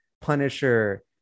punisher